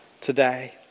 today